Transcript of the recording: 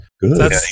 good